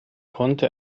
konnte